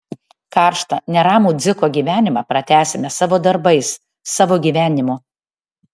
karštą neramų dziko gyvenimą pratęsime savo darbais savo gyvenimu